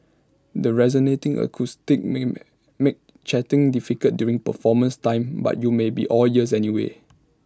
the resonating acoustics may make make chatting difficult during performance time but you may be all ears anyway